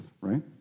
right